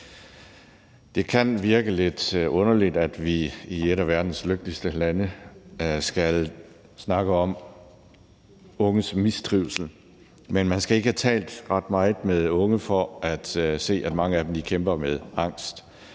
Det kan virke lidt underligt, at vi i et af verdens lykkeligste lande skal snakke om unges mistrivsel, men man skal ikke have talt ret meget med unge for at se, at mange af dem kæmper med angst,